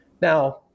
Now